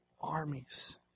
Armies